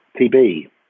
TB